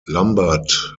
lambert